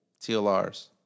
TLRs